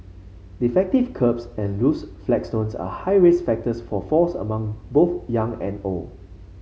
defective kerbs and loose flagstones are high risk factors for falls among both young and old